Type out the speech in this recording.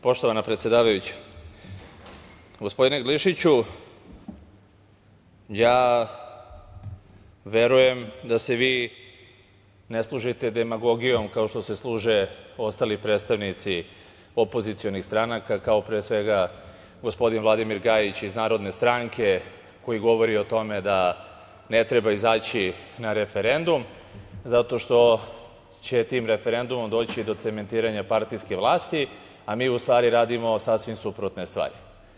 Poštovana predsedavajuća, gospodine Glišiću, verujem da se vi ne služite demagogijom kao što se služe ostali predstavnici opozicionih stranaka, kao pre svega gospodin Vladimir Gajić iz Narodne stranke, koji govori o tome da ne treba izaći na referendum zato što će tim referendumom doći do cementiranja partijske vlasti, a mi u stvari radimo sasvim suprotne stvari.